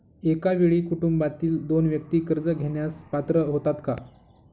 एका वेळी कुटुंबातील दोन व्यक्ती कर्ज घेण्यास पात्र होतात का?